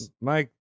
mike